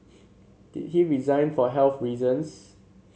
did he resign for health reasons